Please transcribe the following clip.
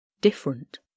different